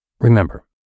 Remember